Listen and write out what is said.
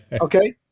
Okay